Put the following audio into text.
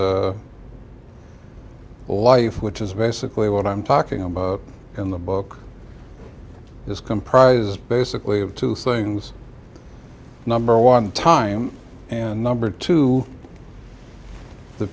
life which is basically what i'm talking about in the book is comprised basically of two things number one time and number two the